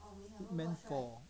meant for